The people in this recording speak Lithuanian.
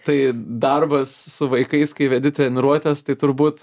tai darbas su vaikais kai vedi treniruotes tai turbūt